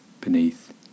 beneath